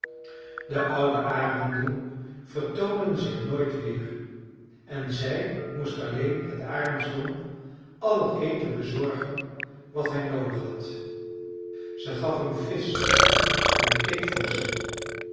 de oude arenden vertoonden zich nooit weer en zij moest alleen het arendsjong al het eten bezorgen wat hij noodig had ze gaf hem visch en